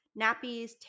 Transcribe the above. nappies